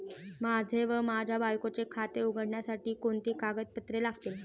माझे व माझ्या बायकोचे खाते उघडण्यासाठी कोणती कागदपत्रे लागतील?